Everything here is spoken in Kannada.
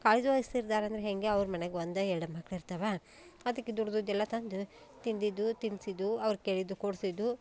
ಕಾಳಜಿ ವಹಿಸ್ತಾ ಇದ್ದಾರೆ ಅಂದರೆ ಹೇಗೆ ಅವ್ರ ಮನೆಗ ಒಂದು ಎರಡು ಮಕ್ಳು ಇರ್ತವೆ ಅದಕ್ಕೆ ದುಡಿದಿದ್ದೆಲ್ಲ ತಂದು ತಿಂದಿದ್ದು ತಿನಿಸಿದ್ದು ಅವ್ರು ಕೇಳಿದ್ದು ಕೊಡಿಸಿದ್ದು